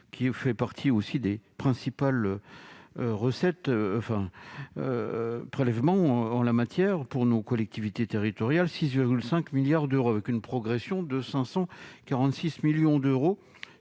également partie des principaux prélèvements en la matière pour nos collectivités territoriales : 6,5 milliards d'euros, avec une progression de 546 millions d'euros,